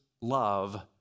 love